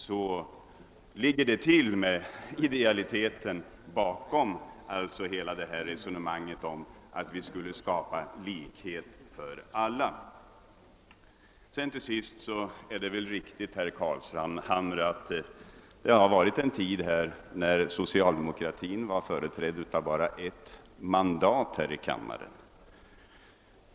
Så ligger det till med idealiteten bakom hela detta resonemang att vi skulle skapa likhet för alla. Vidare är det riktigt, herr Carlshamre, att det har funnits en tid, då socialdemokratin var företrädd med ett enda mandat här i kammaren.